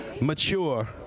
mature